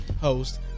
host